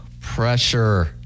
pressure